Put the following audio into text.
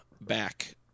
back